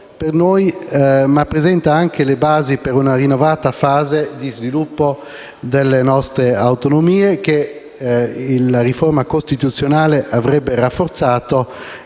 ma presenta anche le basi per una rinnovata fase di sviluppo delle nostre Autonomie, che la riforma costituzionale avrebbe rafforzato,